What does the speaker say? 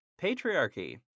patriarchy